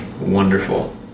Wonderful